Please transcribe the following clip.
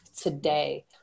today